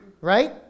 right